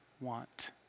want